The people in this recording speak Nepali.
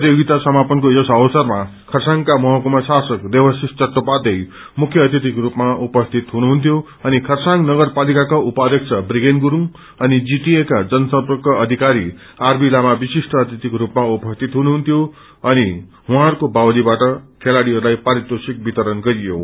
प्रतियोगिता समापनको यस अवसरमा खरसाङका महकुमा शासक देवाशीष चट्टोपाध्याय मुख्य अतिथिको स्पमा उपस्थित हुनुहुन्थ्यो अनि खरसाङ नगरपालिकाका उपाध्यक्ष ब्रिगेन गुरुङ अनि जीटीएका जनसम्पर्क अधिकारी आरबी तामा विश्रिष्ट अतिथिको रूपमा उपस्थित हुनुहुन्थ्यो अनि उहाँहरूको बाहुतीवाट खेलाडीहरूलाई पारितोषिक वितरण गर्नुभयो